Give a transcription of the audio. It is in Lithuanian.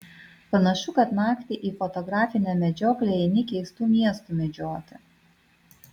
panašu kad naktį į fotografinę medžioklę eini keistų miestų medžioti